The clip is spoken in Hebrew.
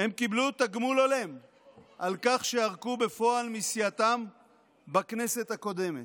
הם קיבלו תגמול הולם על כך שערקו בפועל מסיעתם בכנסת הקודמת.